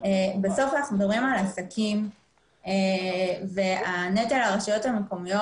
בסוף אנחנו מדברים על עסקים ויש נטל על רשות מקומית.